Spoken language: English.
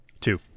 Two